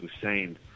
Hussein